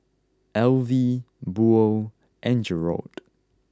Elvie Buell and Jerold